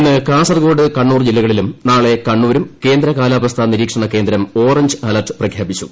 ഇന്ന് കാസർകോട് കണ്ണൂർ ് ജില്ലകളിലും നാളെ കണ്ണൂരും കേന്ദ്ര കാലാ വസ്ഥാ നിരീക്ഷണ കേന്ദ്രം ഓറഞ്ച് അലർട്ട് പ്രഖ്യാപിച്ചു